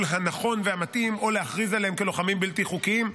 הנכון והמתאים או להכריז עליהם כלוחמים בלתי חוקיים.